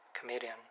comedian